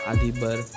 Adibar